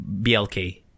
BLK